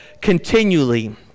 continually